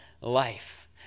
life